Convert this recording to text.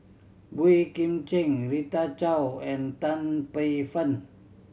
Boey Kim Cheng Rita Chao and Tan Paey Fern